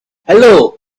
hello